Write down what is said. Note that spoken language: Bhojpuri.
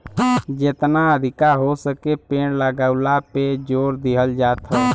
जेतना अधिका हो सके पेड़ लगावला पे जोर दिहल जात हौ